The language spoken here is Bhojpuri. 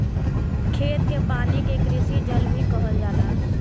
खेत के पानी के कृषि जल भी कहल जाला